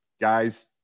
guys